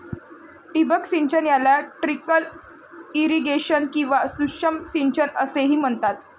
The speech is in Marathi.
ठिबक सिंचन याला ट्रिकल इरिगेशन किंवा सूक्ष्म सिंचन असेही म्हणतात